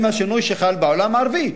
עם השינוי שחל בעולם הערבי.